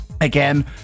again